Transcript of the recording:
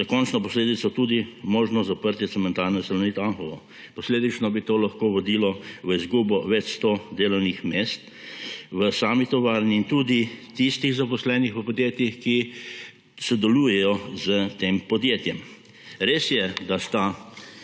za končno posledico tudi možnost zaprtja cementarne Salonit Anhovo. Posledično bi to lahko vodilo v izgubo več 100 delovnih mest v sami tovarni in tudi tistih zaposlenih v podjetjih, ki sodelujejo s tem podjetjem. Res je, da sta